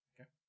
okay